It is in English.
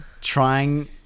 trying